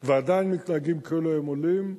ועדיין מתנהגים כאילו הם עולים.